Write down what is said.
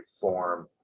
form